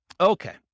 Okay